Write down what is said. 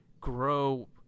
grow